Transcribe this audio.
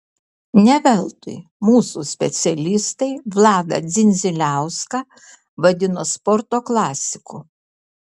ne veltui mūsų specialistai vladą dzindziliauską vadino sporto klasiku